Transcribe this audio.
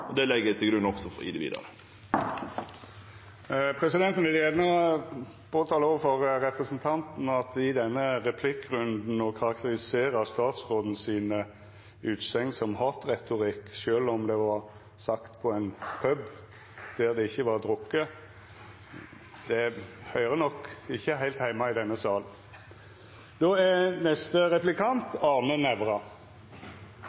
flypassasjeravgift. Det legg eg til grunn også i det vidare. Presidenten vil gjerne påtala overfor representanten at å karakterisera utsegnene frå statsråden i denne replikkrunden som «hatretorikk» – sjølv om det var sagt på ein pub der det ikkje var drukke – høyrer nok ikkje heilt heime i denne